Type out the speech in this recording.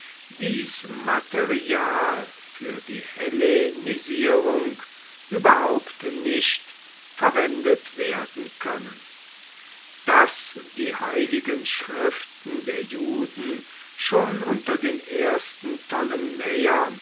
dies material für die hellenisierung überhaupt nicht verwendet werden können daß die heiligen schriften der juden schon unter den ersten